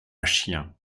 chiens